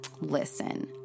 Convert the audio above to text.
listen